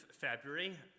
February